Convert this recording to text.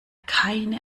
keine